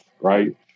right